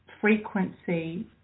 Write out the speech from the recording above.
frequency